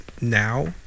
now